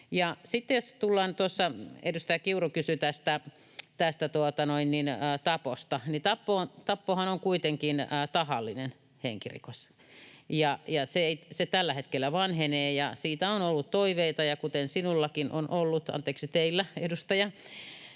Sitten edustaja Kiuru kysyi tästä taposta. Tappohan on kuitenkin tahallinen henkirikos. Se tällä hetkellä vanhenee, ja siitä on ollut toiveita, kuten teilläkin, edustaja,